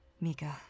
Mika